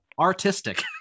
artistic